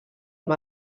amb